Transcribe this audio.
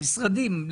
המשרדים.